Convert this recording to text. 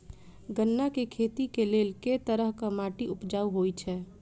गन्ना केँ खेती केँ लेल केँ तरहक माटि उपजाउ होइ छै?